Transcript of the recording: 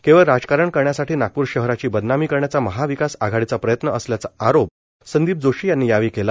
केवळ राजकारण करण्यासाठी नागपूर शहराची बदनामी करण्याचा महाविकास आघाडीचा प्रयत्न असल्याचा आरोप संदीप जोशी यांनी यावेळी केला